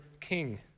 king